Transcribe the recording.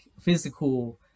physical